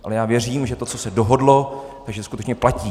Ale já věřím, že to, co se dohodlo, skutečně platí.